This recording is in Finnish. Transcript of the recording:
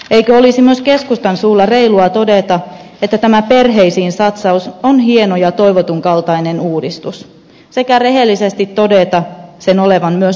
eikö olisi myös keskustan suulla reilua todeta että tämä perheisiin satsaus on hieno ja toivotun kaltainen uudistus sekä rehellisesti todeta sen olevan myös tasa arvoteko